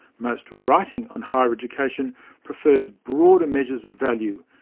most writing on higher education prefers broader measures of value,